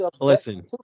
listen